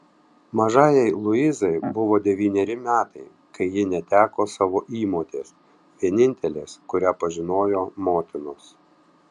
mažajai luizai buvo devyneri metai kai ji neteko savo įmotės vienintelės kurią pažinojo motinos